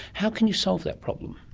how can you solve that problem?